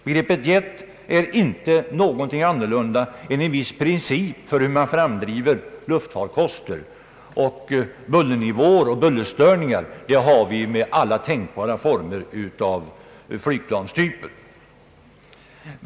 Begreppet jet är ingenting annat än en viss princip för framdrivning av luftfarkoster, och bullernivåer och bullerstörningar har vi med alla tänkbara former av flygplanstyper.